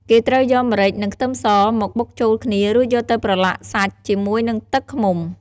គេត្រូវយកម្រេចនិងខ្ទឹមសមកបុកចូលគ្នា រួចយកទៅប្រឡាក់សាច់ជាមួយនឹងទឹកឃ្មុំ។